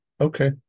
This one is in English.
Okay